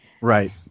Right